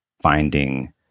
finding